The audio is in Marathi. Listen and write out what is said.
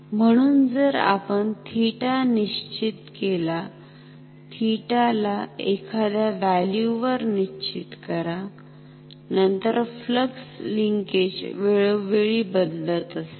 म्हणून जर आपण थिटा निश्चित केला थिटा ला एखाद्या व्हॅल्यु वर निश्चित करानंतर फ्लक्स लिंकेज वेळोवेळी बदलत असेल